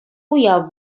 уяв